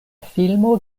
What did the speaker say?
filmo